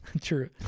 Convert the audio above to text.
True